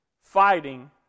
fighting